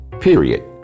period